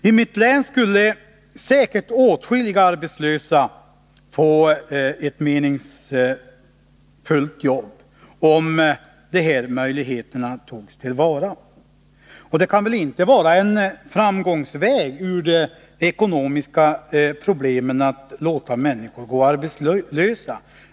I mitt län skulle säkert åtskilliga arbetslösa få ett meningsfullt arbete om dessa möjligheter togs till vara. Det kan väl inte vara en väg ut ur de ekonomiska problemen att låta människorna gå arbetslösa.